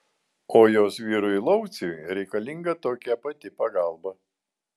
o jos vyrui lauciui reikalinga tokia pati pagalba